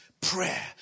prayer